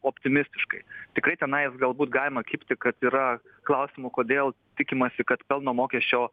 optimistiškai tikrai tenais galbūt galima kibti kad yra klausimų kodėl tikimasi kad pelno mokesčio